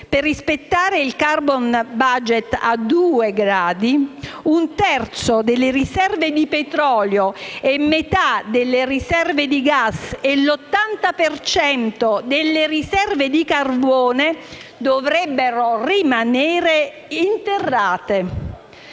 per rispettare il *carbon budget* a 2 gradi, un terzo delle riserve di petrolio, metà delle riserve di gas e l'80 per cento delle riserve di carbone dovrebbero rimanere interrate.